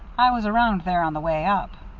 i was around there on the way up.